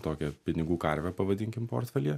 tokią pinigų karvę pavadinkim portfelyje